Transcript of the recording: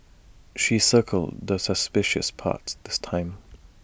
she circled the suspicious parts this time